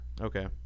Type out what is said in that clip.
Okay